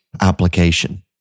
application